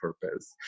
purpose